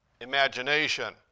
imagination